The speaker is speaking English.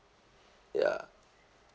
ya